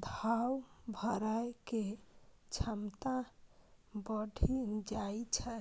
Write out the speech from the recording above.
घाव भरै के क्षमता बढ़ि जाइ छै